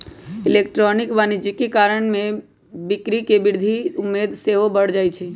electronic वाणिज्य कारण बिक्री में वृद्धि केँ उम्मेद सेहो बढ़ जाइ छइ